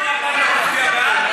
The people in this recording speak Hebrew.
בשבוע הבא אתה תצביע בעד?